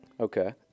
Okay